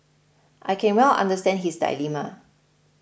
I can well understand his dilemma